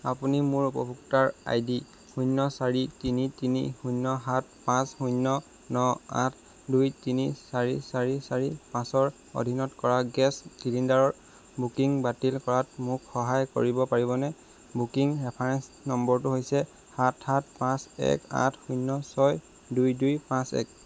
আপুনি মোৰ উপভোক্তাৰ আই ডি শূন্য চাৰি তিনি তিনি শূন্য সাত পাঁচ শূন্য ন আঠ দুই তিনি চাৰি চাৰি চাৰি পাঁচৰ অধীনত কৰা গেছ চিলিণ্ডাৰৰ বুকিং বাতিল কৰাত মোক সহায় কৰিব পাৰিবনে বুকিং ৰেফাৰেঞ্চ নম্বৰটো হৈছে সাত সাত পাঁচ এক আঠ শূন্য ছয় দুই দুই পাঁচ এক